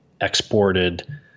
exported